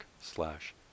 slash